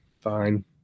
fine